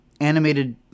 animated